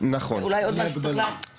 אז אולי עוד משהו צריך --- כן, נכון.